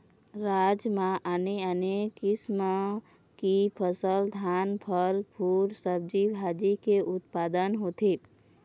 राज म आने आने किसम की फसल, धान, फर, फूल, सब्जी भाजी के उत्पादन होथे